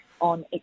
on